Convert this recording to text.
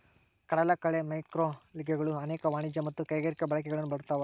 ಕಡಲಕಳೆ ಮ್ಯಾಕ್ರೋಲ್ಗೆಗಳು ಅನೇಕ ವಾಣಿಜ್ಯ ಮತ್ತು ಕೈಗಾರಿಕಾ ಬಳಕೆಗಳನ್ನು ಪಡ್ದವ